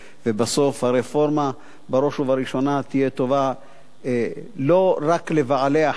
בסוף הרפורמה בראש ובראשונה תהיה טובה לא רק לבעלי-החיים,